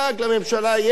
לממשלה יש,